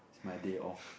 my day off